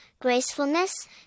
gracefulness